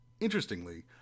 Interestingly